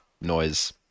noise